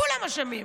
כולם אשמים,